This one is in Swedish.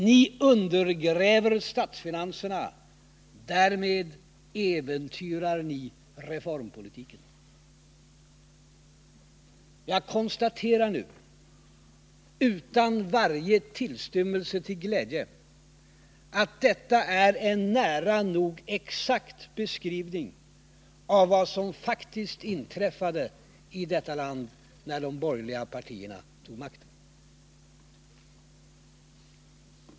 Ni undergräver statsfinanserna, därmed äventyrar ni reformpolitiken.” Jag konstaterar nu, utan varje tillstymmelse till glädje, att detta är en nära nog exakt beskrivning av vad som faktiskt inträffade i detta land, när de borgerliga partierna tog över makten.